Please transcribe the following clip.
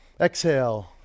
Exhale